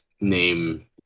name